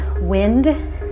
wind